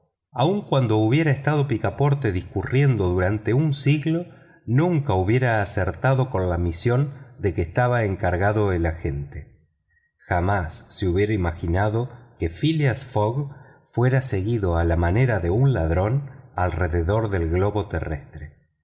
aun cuando hubiera estado picaporte discurriendo durante un siglo nunca hubiera acertado con la misión de que estaba encargado el agente jamás se hubiera imaginado que phileas fogg fuera seguido a la manera de un ladrón alrededor del globo terrestre